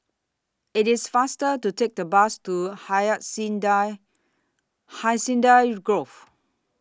IT IS faster to Take The Bus to Hacienda Hacienda Grove